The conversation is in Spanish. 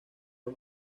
los